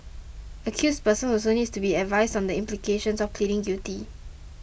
accused persons also need to be advised on the implications of pleading guilty